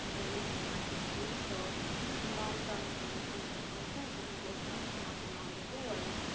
were usually like the police. so the imam probably receives a complaint and he goes knocking knocking on the door.